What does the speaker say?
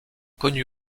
connu